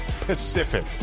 Pacific